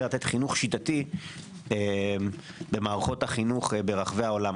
לתת חינוך שיטתי במערכות החינוך ברחבי העולם.